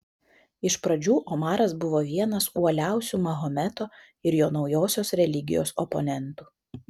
iš pradžių omaras buvo vienas uoliausių mahometo ir jo naujosios religijos oponentų